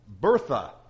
Bertha